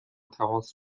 تماس